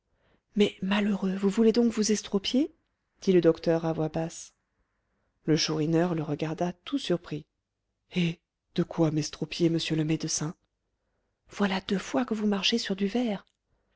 mais malheureux vous voulez donc vous estropier dit le docteur à voix basse le chourineur le regarda tout surpris eh de quoi m'estropier monsieur le médecin voilà deux fois que vous marchez sur du verre